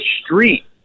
street